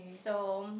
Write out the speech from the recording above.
so